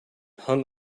hung